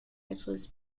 refers